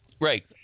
Right